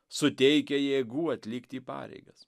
suteikia jėgų atlikti pareigas